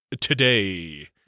today